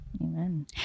Amen